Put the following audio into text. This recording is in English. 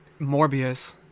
Morbius